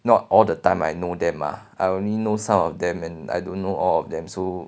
not all the time I know them ah I only know some of them and I don't know all of them so